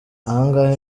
ahanga